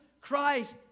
Christ